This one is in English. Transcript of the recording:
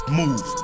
move